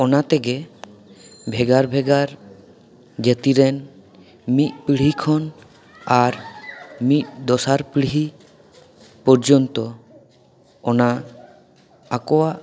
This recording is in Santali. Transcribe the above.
ᱚᱱᱟ ᱛᱮᱜᱮ ᱵᱷᱮᱜᱟᱨ ᱵᱷᱮᱜᱟᱨ ᱡᱟᱹᱛᱤ ᱨᱮᱱ ᱢᱤᱫ ᱯᱤᱲᱦᱤ ᱠᱷᱚᱱ ᱟᱨ ᱢᱤᱫ ᱫᱚᱥᱟᱨ ᱯᱤᱲᱦᱤ ᱯᱳᱨᱡᱳᱱᱛᱳ ᱚᱱᱟ ᱟᱠᱚᱣᱟᱜ